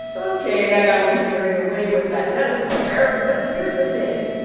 ok, i got a little carried away with that metaphor there. but here's the thing.